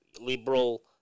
liberal